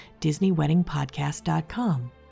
DisneyWeddingPodcast.com